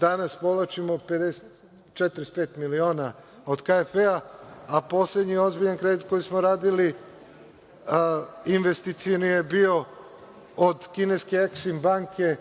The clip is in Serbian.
danas povlačimo 45 miliona od KFW, a poslednji ozbiljan kredit koji smo radili, investicioni, je bio od kineske „Eksim“ banke